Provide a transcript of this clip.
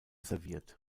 serviert